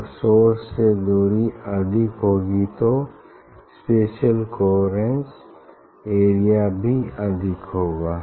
और सोर्स से दूरी अधिक होगी तो स्पेसिअल कोहेरेन्स एरिया भी अधिक होगा